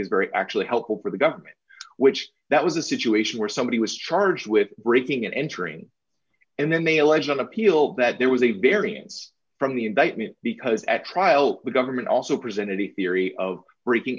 is very actually helpful for the government which that was a situation where somebody was charged with breaking and entering and then they allege on appeal that there was a variance from the indictment because at trial the government also presented a theory of breaking